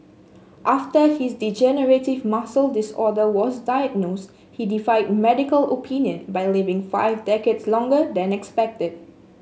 after his degenerative muscle disorder was diagnosed he defied medical opinion by living five decades longer than expected